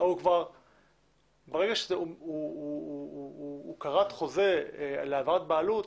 ברגע שהוא כרת חוזה להעברת בעלות,